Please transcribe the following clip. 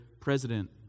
president